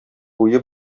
буе